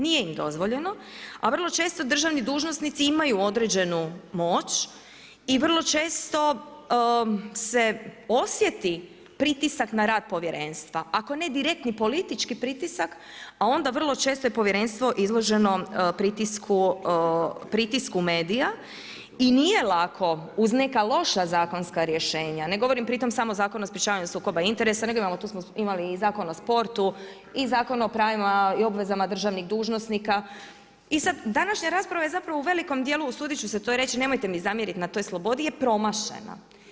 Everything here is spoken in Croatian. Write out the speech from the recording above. Nije im dozvoljeno, a vrlo često državni dužnosnici imaju određenu moć i vrlo često se osjeti pritisak na rad povjerenstva, ako ne direktni politički pritisak, onda je vrlo često povjerenstvo izloženo pritisku medija i nije lako uz neka loša zakonska rješenja, ne govorim pritom samo Zakon o sprečavanju sukoba interesa nego tu smo imali i Zakon o sportu i Zakon o pravima i obvezama državnih dužnosnika i sad današnja rasprava je zapravo u velikom djelu, usudit ću se to reći, nemojte mi zamjeriti na toj slobodi je promašena.